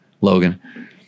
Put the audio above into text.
Logan